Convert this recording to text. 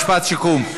משפט סיכום.